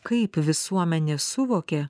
kaip visuomenė suvokė